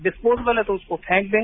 disposable है तो उसको फेंक दें